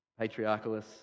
Patriarchalists